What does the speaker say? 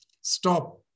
stop